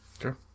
Sure